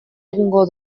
egingo